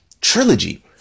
trilogy